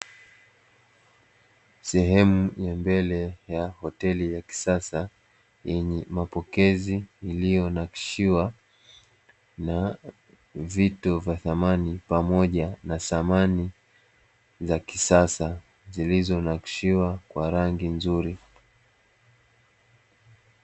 Sehemu ya mbele ya hoteli ya kisasa yenye mapokezi iliyo nakshiwa na vito vya samani pamoja na samani za kisasa zilizo nakshiwa kwa rangi nzuri.